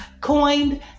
coined